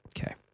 Okay